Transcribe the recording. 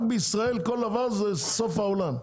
רק בישראל כל דבר הוא סוף העולם.